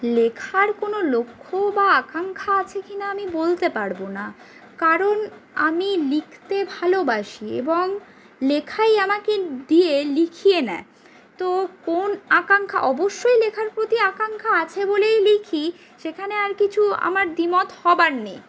লেখার কোনো লক্ষ্য বা আকাঙ্খা আছে কি না আমি বলতে পারবো না কারণ আমি লিখতে ভালোবাসি এবং লেখাই আমাকে দিয়ে লিখিয়ে নেয় তো কোনো আকাঙ্খা অবশ্যই লেখার প্রতি আকাঙ্খা আছে বলেই লিখি সেখানে আর কিছু আমার দ্বিমত হওয়ার নেই